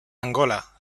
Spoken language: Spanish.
angola